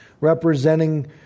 representing